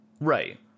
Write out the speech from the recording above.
Right